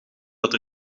dat